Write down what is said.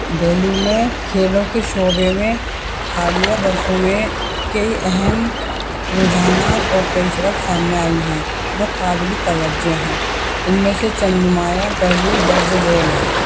دہلی میں کھیلوں کے شعبے میں حالیہ برسوں میں کئی اہم رجحانات اور پیشرفت سامنے آئی ہیں جو قابل توجہ ہیں ان میں سے چند نمایاں پہلو درج ذیل ہیں